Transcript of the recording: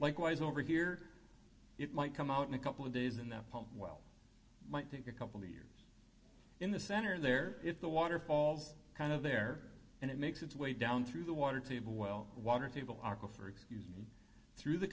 likewise over here it might come out in a couple of days and that pump well might take a couple of years in the center there if the water falls kind of there and it makes its way down through the water to boil the water table arkell for excuse through the